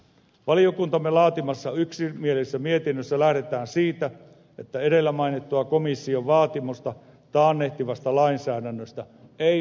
valiokuntamme laatimassa yksimielisessä mietinnössä lähdetään siitä että edellä mainittua komission vaatimusta taannehtivasta lainsäädännöstä ei noudateta